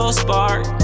spark